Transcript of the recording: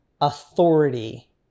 authority